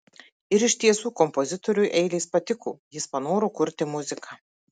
ir iš tiesų kompozitoriui eilės patiko jis panoro kurti muziką